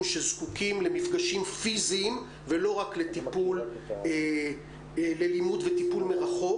שזקוקים למפגשים פיזיים ולא רק ללימוד ולטיפול מרחוק.